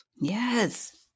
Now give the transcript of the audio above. Yes